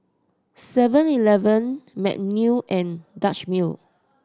Seven Eleven Magnum and Dutch Mill